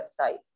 website